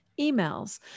emails